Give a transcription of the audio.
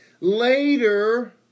Later